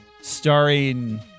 Starring